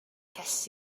ces